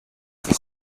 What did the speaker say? for